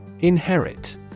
Inherit